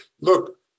look